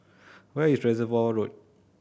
where is Reservoir Road